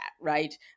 right